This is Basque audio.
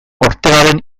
ortegaren